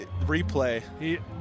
replay